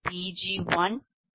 35Pg1411